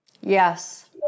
Yes